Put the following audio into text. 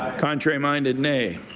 ah contrary-minded, ney?